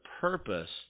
purpose